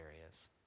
areas